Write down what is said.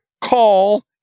call